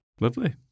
Lovely